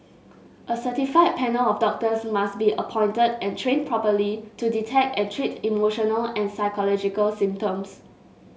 a certified panel of doctors must be appointed and trained properly to detect and treat emotional and psychological symptoms